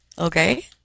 Okay